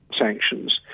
Sanctions